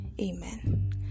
Amen